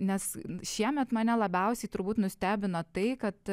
nes šiemet mane labiausiai turbūt nustebino tai kad